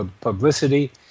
publicity